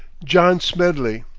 john smedley,